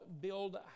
build